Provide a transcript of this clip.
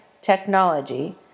technology